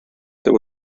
there